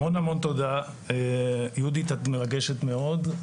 המון המון תודה, יהודית, את מרגשת מאוד,